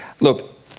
look